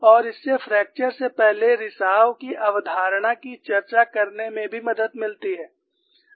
और इससे फ्रैक्चर से पहले रिसाव की अवधारणा की चर्चा करने में भी मदद मिलती है